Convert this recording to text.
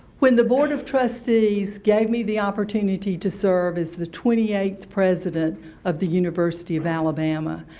when the board of trustees gave me the opportunity to serve as the twenty eighth president of the university of alabama,